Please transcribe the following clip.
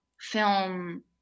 film